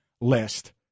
list